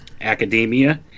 academia